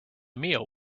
meal